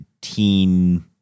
teen